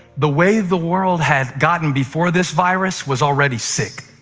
the way the world had gotten before this virus was already sick.